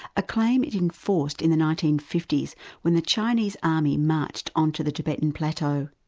a claim it enforced in the nineteen fifty s when the chinese army marched onto the tibetan plateau.